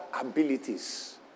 abilities